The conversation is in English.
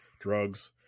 drugs